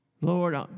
Lord